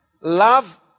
Love